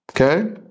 Okay